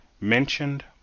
mentioned